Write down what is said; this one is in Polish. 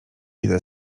idę